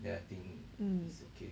mm